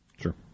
Sure